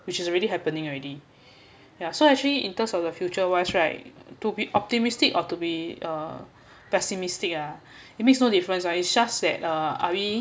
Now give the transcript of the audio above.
which is already happening already yah so actually in terms of the future wise right to be optimistic or to be uh pessimistic ah it makes no difference ah it's just that uh are we